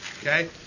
okay